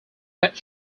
pet